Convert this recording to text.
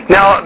Now